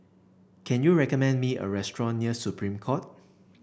can you recommend me a restaurant near Supreme Court